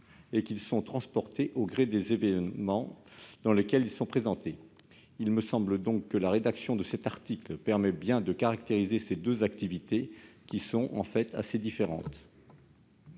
et qu'ils sont transportés au gré des évènements au cours desquels ils sont présentés. Il me semble donc que la rédaction proposée permet bien de caractériser ces deux activités, qui sont, en réalité, assez différentes.